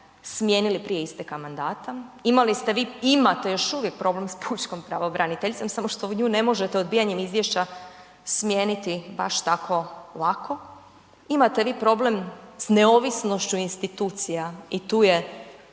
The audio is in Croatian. smijenili prije isteka mandata. Imali ste vi i imate još uvijek problem sa pučkom pravobraniteljicom samo što nju ne možete odbijanjem izvješća smijeniti baš tako lako. Imate vi problem sa neovisnošću institucija i tu je